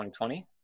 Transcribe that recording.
2020